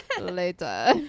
later